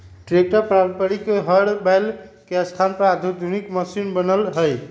tractor पारम्परिक हर बैल के स्थान पर आधुनिक मशिन बनल हई